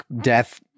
death